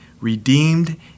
redeemed